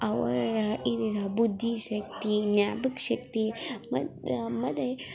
ಅವರ ಇವರ ಬುದ್ಧಿ ಶಕ್ತಿ ಜ್ಞಾಪಕ ಶಕ್ತಿ ಮತ್ತು ಮತ್ತೆ